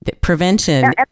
Prevention